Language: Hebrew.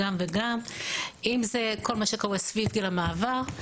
אם זה כל מה שקורה סביב גיל המעבר.